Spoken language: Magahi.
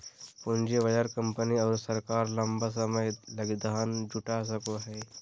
पूँजी बाजार कंपनी आरो सरकार लंबा समय लगी धन जुटा सको हइ